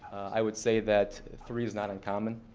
i would say that three is not uncommon.